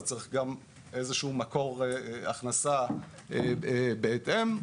צריך גם מקור הכנסה בהתאם.